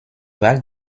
wahl